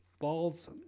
balls